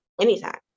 anytime